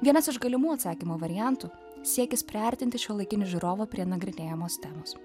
vienas iš galimų atsakymo variantų siekis priartinti šiuolaikinį žiūrovą prie nagrinėjamos temos